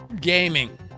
gaming